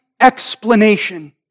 explanation